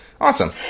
Awesome